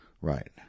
right